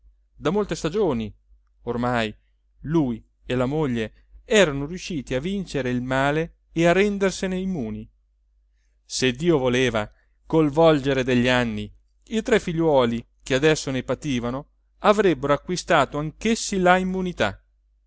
da molte stagioni ormai lui e la moglie erano riusciti a vincere il male e a rendersene immuni se dio voleva col volgere degli anni i tre figliuoli che adesso ne pativano avrebbero acquistato anch'essi la immunità